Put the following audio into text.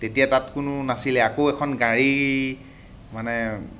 তেতিয়া তাত কোনো নাছিলে আকৌ এখন গাড়ী মানে